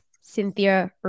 Cynthia